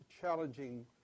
challenging